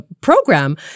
program